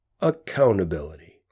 accountability